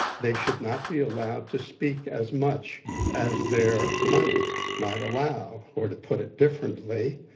they should not be allowed to speak as much as their money might allow, or, to put it differently,